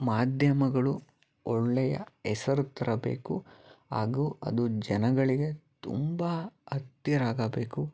ಮಾಧ್ಯಮಗಳು ಒಳ್ಳೆಯ ಹೆಸರು ತರಬೇಕು ಹಾಗು ಅದು ಜನಗಳಿಗೆ ತುಂಬ ಹತ್ತಿರಾಗಬೇಕು